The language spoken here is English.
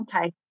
Okay